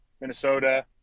Minnesota